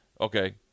Okay